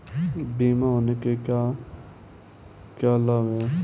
बीमा होने के क्या क्या लाभ हैं?